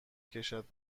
کشد